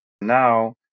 Now